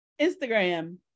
Instagram